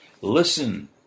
Listen